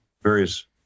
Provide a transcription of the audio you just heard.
various